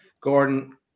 Gordon